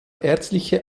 ärztliche